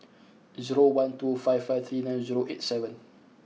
zero one two five five three nine zero eight seven